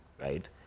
right